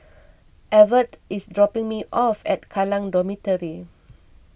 Evertt is dropping me off at Kallang Dormitory